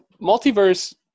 multiverse